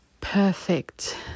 perfect